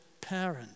parent